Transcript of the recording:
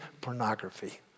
pornography